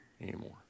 anymore